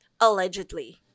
allegedly